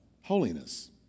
holiness